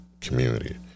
community